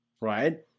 right